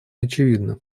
очевидна